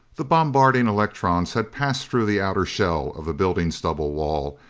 the bombarding electrons had passed through the outer shell of the building's double wall,